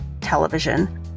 television